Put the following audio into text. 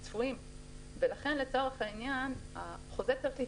לכן, החוזה צריך להתקיים.